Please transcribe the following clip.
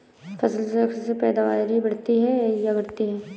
फसल चक्र से पैदावारी बढ़ती है या घटती है?